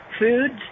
Foods